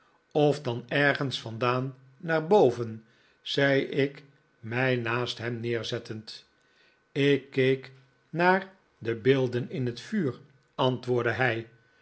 of dan ergens vandaan naar boven zei ik mij naast hem neerzettend ik keek naar de beelden in het vuur antwoordde hij